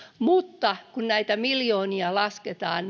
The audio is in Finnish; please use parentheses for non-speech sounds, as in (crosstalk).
mutta kun näitä miljoonia lasketaan (unintelligible)